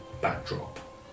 backdrop